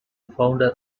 founder